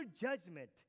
judgment